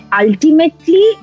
ultimately